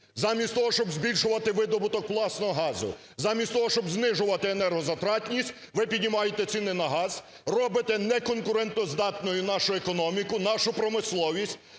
Замість того, щоб збільшувати видобуток власного газу, замість того, щоб знижуватиенергозатратність, ви піднімаєте ціні на газ, робите неконкурентоздатною нашу економіку, нашу промисловість.